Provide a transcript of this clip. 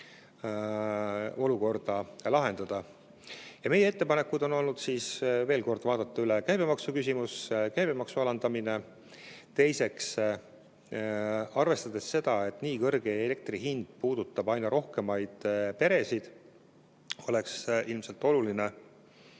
olukorda lahendada. Meie ettepanekud on olnud, ütlen veel kord, järgmised. Esiteks, vaadata üle käibemaksuküsimus, käibemaksu alandamine. Teiseks, arvestades seda, et nii kõrge elektri hind puudutab aina rohkemaid peresid, oleks ilmselt oluline